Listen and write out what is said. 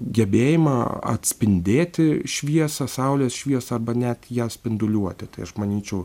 gebėjimą atspindėti šviesą saulės šviesą arba net ją spinduliuoti tai aš manyčiau